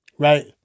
Right